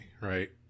right